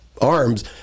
arms